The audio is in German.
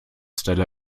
stella